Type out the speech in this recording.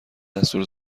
دستور